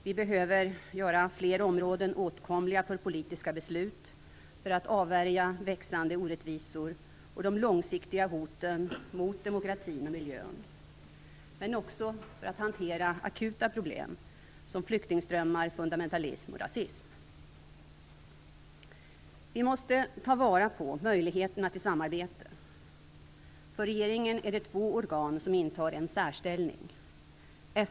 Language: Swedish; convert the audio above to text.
Vi behöver göra fler områden åtkomliga för politiska beslut för att avvärja växande orättvisor och de långsiktiga hoten mot demokratin och miljön. Men också för att hantera akuta problem som flyktingströmmar, fundamentalism och rasism. Vi måste ta vara på möjligheterna till samarbete. För regeringen är det två organ som intar en särställning.